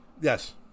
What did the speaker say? Yes